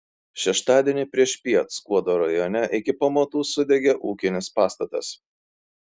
šeštadienį priešpiet skuodo rajone iki pamatų sudegė ūkinis pastatas